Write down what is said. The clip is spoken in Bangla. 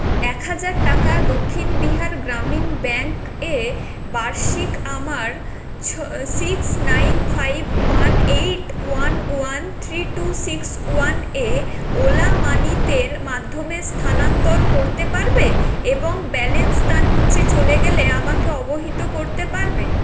এক হাজার টাকা দক্ষিণ বিহার গ্রামীণ ব্যাঙ্কে বার্ষিক আমার six nine five one eight one one three two six ওয়ানে ওলা মানিতের মাধ্যমে স্থানানন্তর করতে পারবে এবং ব্যালেন্স তার নিচে চলে গেলে আমাকে অবহিত করতে পারবে